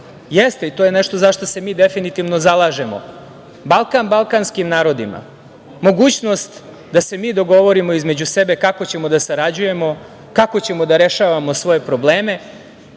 jeste i to je nešto zašta se mi definitivno zalažemo, Balkan balkanskim narodima. Mogućnost da se mi dogovorimo između sebe kako ćemo da sarađujemo, kako ćemo da rešavamo svoje probleme